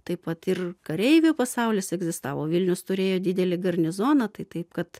taip pat ir kareivių pasaulis egzistavo vilnius turėjo didelį garnizoną tai taip kad